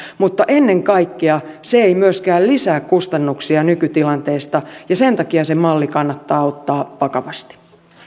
mutta ennen kaikkea se ei myöskään lisää kustannuksia nykytilanteesta ja sen takia se malli kannattaa ottaa vakavasti